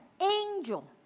angel